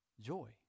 joy